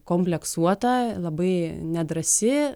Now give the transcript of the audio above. kompleksuota labai nedrąsi